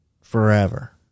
forever